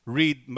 read